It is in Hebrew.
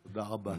תודה רבה.